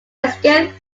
escaped